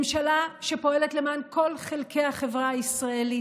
ממשלה שפועלת למען כל חלקי החברה הישראלית,